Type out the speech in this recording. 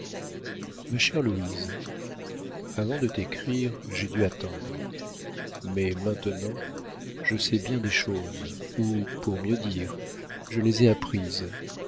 ma chère louise avant de t'écrire j'ai dû attendre mais maintenant je sais bien des choses ou pour mieux dire je les ai apprises